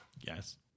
Yes